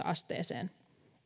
asteeseen